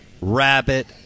Rabbit